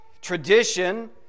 Tradition